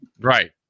Right